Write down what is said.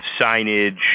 signage